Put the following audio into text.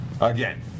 Again